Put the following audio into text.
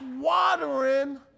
watering